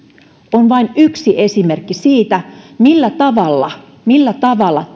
on vain yksi esimerkki siitä millä tavalla millä tavalla